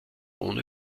ohne